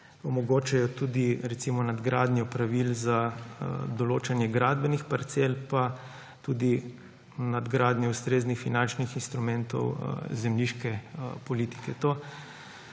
omogočajo tudi recimo nadgradnjo pravil za določanje gradbenih parcel pa tudi nadgradnjo ustreznih finančnih instrumentov zemljiške politike. To